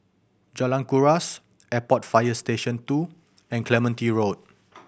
Jalan Kuras Airport Fire Station Two and Clementi Road